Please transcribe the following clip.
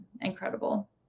incredible